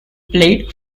played